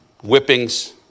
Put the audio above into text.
whippings